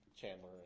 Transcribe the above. Chandler